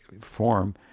form